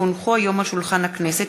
כי הונחו היום על שולחן הכנסת,